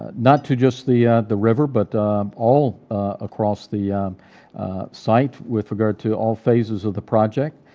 not to just the the river, but all across the site with regard to all phases of the project.